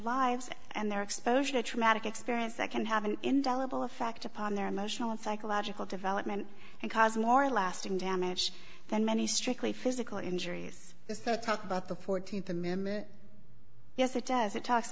lives and their exposure to a traumatic experience that can have an indelible effect upon their emotional and psychological development and cause more lasting damage than many strictly physical injuries is the talk about the th amendment yes it does it talks